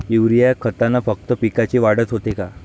Urea खतानं फक्त पिकाची वाढच होते का?